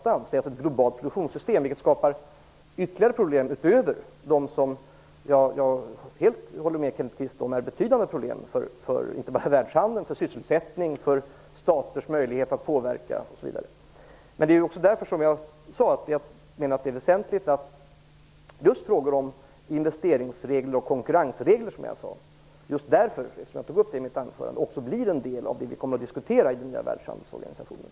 Det är alltså fråga om ett globalt produktionssystem, vilket skapar ytterligare problem utöver de problem som Kenneth Kvist nämner och som jag håller med om är betydande problem inte bara för världshandeln utan också för sysselsättningen, för staters möjligheter att påverka, osv. Som jag sade i mitt anförande är det just därför väsentligt att frågor om investeringsregler och konkurrensregler ingår bland det som vi kommer att diskutera i den nya världshandelsorganisationen.